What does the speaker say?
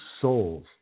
souls